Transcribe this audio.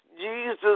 Jesus